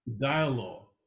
Dialogue